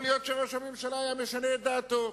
יכול להיות שראש הממשלה היה משנה את דעתו.